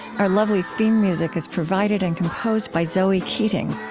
our lovely theme music is provided and composed by zoe keating.